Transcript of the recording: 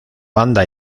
banda